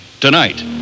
Tonight